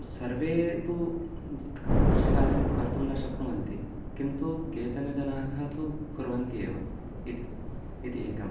सर्वे तु कृषिकार्यं कर्तुं न शक्नुवन्ति किन्तु केचन जनाः तु कुर्वन्ति एव इति इति एकम्